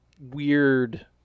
weird